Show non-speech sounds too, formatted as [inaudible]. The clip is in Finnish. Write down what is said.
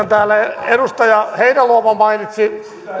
[unintelligible] täällä edustaja heinäluoma mainitsi